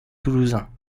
toulousain